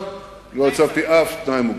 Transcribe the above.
לא הצבתי אף תנאי מוקדם.